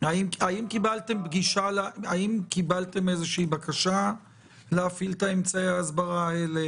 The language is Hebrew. האם קיבלתם בקשה להפעיל את אמצעי ההסברה האלה?